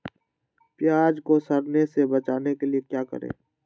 प्याज को सड़ने से बचाने के लिए क्या करें?